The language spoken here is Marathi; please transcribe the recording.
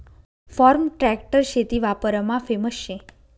फार्म ट्रॅक्टर शेती वापरमा फेमस शे